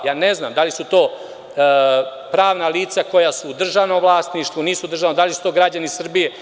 Ja ne znam da li su to pravna lica koja su u državnom vlasništvu, nisu u državnom, da li su to građani Srbije, itd.